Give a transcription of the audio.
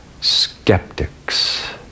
skeptics